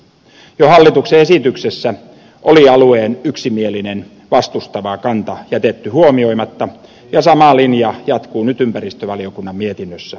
jo hallituksen esityksessä oli alueen yksimielinen vastustava kanta jätetty huomioimatta ja sama linja jatkuu nyt ympäristövaliokunnan mietinnössä